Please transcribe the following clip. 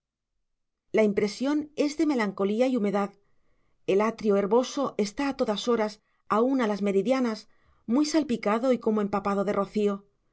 la impresión es de melancolía y humedad el atrio herboso está a todas horas aun a las meridianas muy salpicado y como empapado de rocío